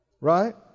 Right